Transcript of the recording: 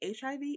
HIV